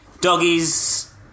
Doggies